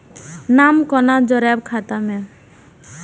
नाम कोना जोरब खाता मे